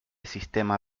sistema